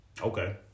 Okay